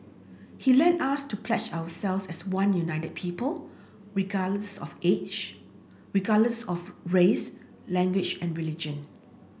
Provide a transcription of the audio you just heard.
he led us to pledge ourselves as one united people regardless of age regardless of race language and religion